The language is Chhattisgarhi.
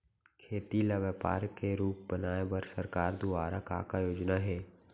खेती ल व्यापार के रूप बनाये बर सरकार दुवारा का का योजना हे?